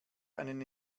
einen